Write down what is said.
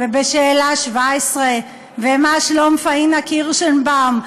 ובשאלה 17: ומה שלום פאינה קירשנבאום,